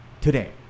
today